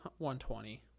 120